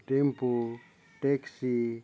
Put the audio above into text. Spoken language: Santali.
tempo taxi